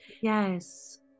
yes